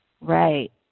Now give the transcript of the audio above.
Right